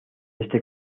este